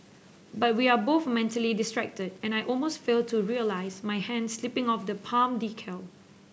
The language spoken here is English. but we are both mentally distracted and I almost fail to realise my hand slipping off the palm decal